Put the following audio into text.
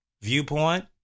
viewpoint